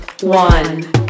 one